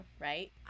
right